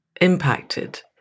impacted